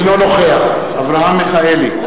אינו נוכח אברהם מיכאלי,